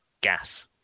gas